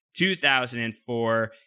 2004